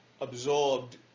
absorbed